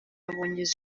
yabonye